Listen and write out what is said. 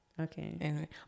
Okay